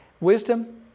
Wisdom